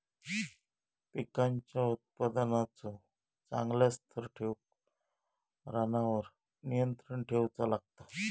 पिकांच्या उत्पादनाचो चांगल्या स्तर ठेऊक रानावर नियंत्रण ठेऊचा लागता